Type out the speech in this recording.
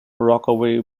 rockaway